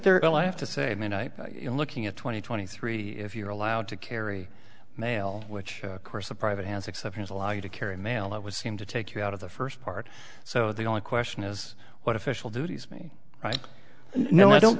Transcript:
if i have to say you're looking at twenty twenty three if you're allowed to carry mail which of course the private has exceptions allow you to carry mail that would seem to take you out of the first part so the only question is what official duties me no i don't